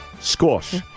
Squash